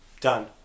Done